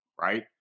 right